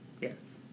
Yes